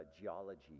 geology